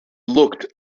looked